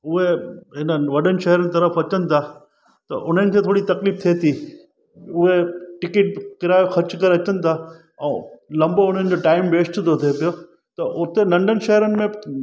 उए हिननि वॾनि शहरनि जी तर्फ़ु अचनि था त उन्हनि खे थोरी तकलीफ़ थिए थी उहे टिकट किरायो ख़र्च करे अचनि था ऐं लंबो हुननि जो टाइम वेस्ट थो थिए पियो त उते नंढनि शहरनि में